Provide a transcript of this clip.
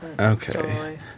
Okay